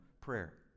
Prayer